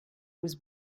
was